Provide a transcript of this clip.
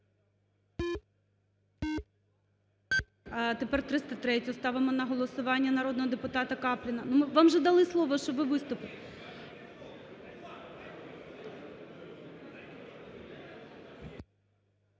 Тепер 303-ю ставимо на голосування народного депутата Капліна. Вам же дали слово, щоб ви виступили.